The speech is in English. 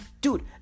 Dude